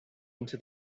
into